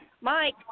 Mike